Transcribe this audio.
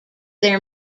their